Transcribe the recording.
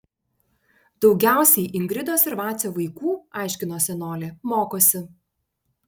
daugiausiai ingridos ir vacio vaikų aiškino senolė mokosi